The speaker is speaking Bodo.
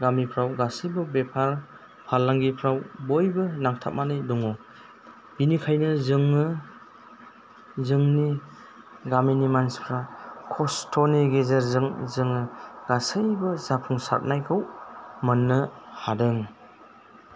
गामिफ्राव गासैबो बेफार फालांगिफ्राव बयबो नांथाबनानै दङ बेनिखायनो जोङो जोंनि गामिनि मानसिफ्रा खस्थ'नि गेजेरजों जोङो गासैबो जाफुंसारनायखौ मोननो हादों